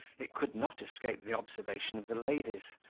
it could not escape the observation of the ladies,